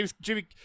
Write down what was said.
Jimmy